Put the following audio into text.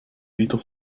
wieder